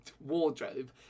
wardrobe